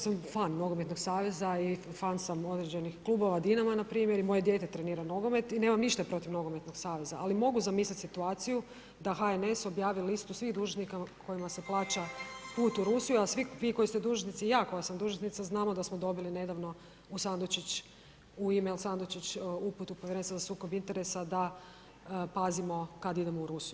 Ja inače sam fan nogometnog saveza i fan sam određenih klubova Dinama npr. i moje dijete trenira nogomet i nemam ništa protiv nogometnog saveza ali mogu zamisliti situaciju da HNS objavi listu svih dužnosnika kojima se plaća put u Rusiju a svi vi koji ste dužnici i ja koja sam dužnosnica znamo da smo dobili nedavno u sandučić, u email sandučić uputu Povjerenstva za sukob interesa da pazimo kada idemo u Rusiju.